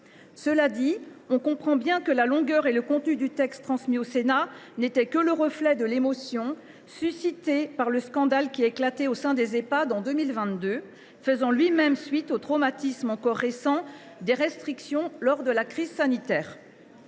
Cela dit, on comprend bien que la longueur et le contenu du texte transmis au Sénat n’étaient que le reflet de l’émotion suscitée par le scandale qui a éclaté au sein des Ehpad en 2022, faisant lui même suite au traumatisme encore récent des restrictions lors de la crise sanitaire.